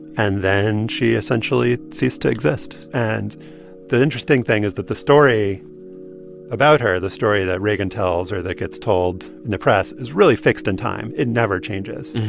and then, she essentially ceased to exist and the interesting thing is that the story about her the story that reagan tells or that gets told in the press is really fixed in time. it never changes.